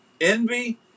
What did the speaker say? Envy